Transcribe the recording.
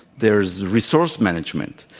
there's resource management.